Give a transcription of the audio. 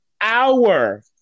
hour